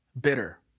bitter